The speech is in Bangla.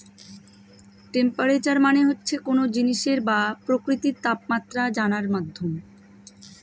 টেম্পেরেচার মানে হচ্ছে কোনো জিনিসের বা প্রকৃতির তাপমাত্রা জানার মাধ্যম